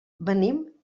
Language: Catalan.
venim